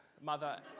mother